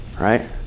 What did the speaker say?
right